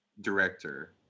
director